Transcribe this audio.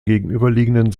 gegenüberliegenden